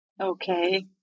Okay